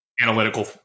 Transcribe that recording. analytical